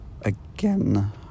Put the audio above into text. again